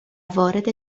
وارد